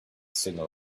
signal